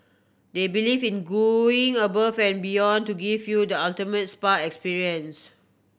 they believe in going above and beyond to give you the ultimate spa experience